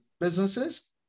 businesses